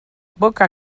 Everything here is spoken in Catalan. boca